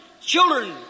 children